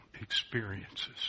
experiences